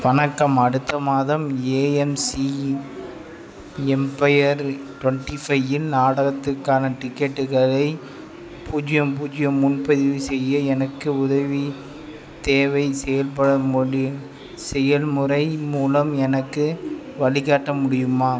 வணக்கம் அடுத்த மாதம் ஏஎம்சி எம்பயர் டுவெண்ட்டி ஃபையின் நாடகத்துக்கான டிக்கெட்டுகளை பூஜ்ஜியம் பூஜ்ஜியம் முன்பதிவு செய்ய எனக்கு உதவி தேவை செயல்பட செயல்முறை மூலம் எனக்கு வழிகாட்ட முடியுமா